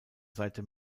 seite